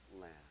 land